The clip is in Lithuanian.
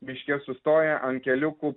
miške sustoja ant keliukų